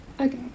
okay